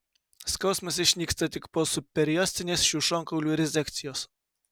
skausmas išnyksta tik po subperiostinės šių šonkaulių rezekcijos